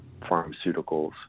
pharmaceuticals